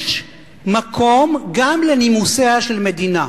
יש מקום גם לנימוסיה של מדינה.